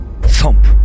Thump